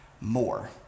more